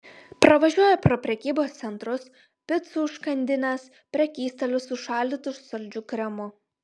pravažiuoja pro prekybos centrus picų užkandines prekystalius su šaldytu saldžiu kremu